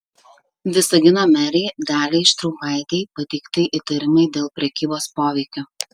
visagino merei daliai štraupaitei pateikti įtarimai dėl prekybos poveikiu